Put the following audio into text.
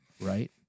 right